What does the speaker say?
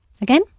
Again